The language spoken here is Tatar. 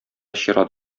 чират